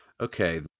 okay